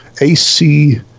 ac